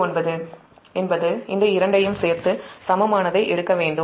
491 என்பது இந்த இரண்டையும் சேர்த்து சமமானதை எடுக்க வேண்டும்